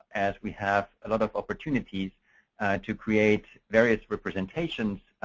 as we have a lot of opportunities to create various representations,